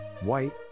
White